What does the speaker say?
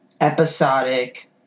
episodic